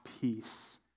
peace